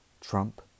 Trump